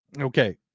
okay